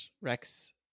rex